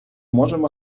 можемо